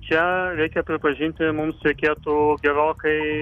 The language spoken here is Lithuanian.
čia reikia pripažinti mums reikėtų gerokai